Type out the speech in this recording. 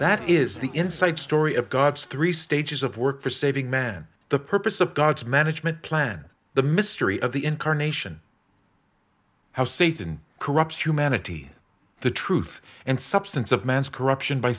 that is the inside story of god's three stages of work for saving men the purpose of god's management plan the mystery of the incarnation how satan corrupt humanity the truth and substance of man's corruption by